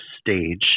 stage